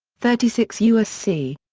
thirty six u s c.